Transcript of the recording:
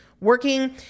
working